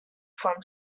from